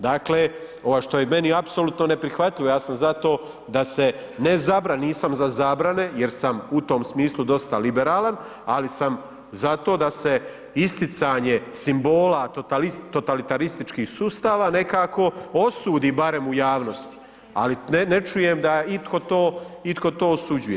Dakle što je meni apsolutno neprihvatljivo, ja sam za to da se ne zabrani, nisam za zabrane jer sam u tom smislu dosta liberalan ali sam za to da se isticanje simbola totalitarističkih sustava nekako osudi barem u javnosti ali ne čujem da itko to osuđuje.